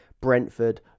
Brentford